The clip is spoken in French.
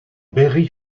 berry